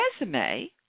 resume